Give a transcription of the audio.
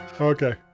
Okay